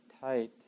tight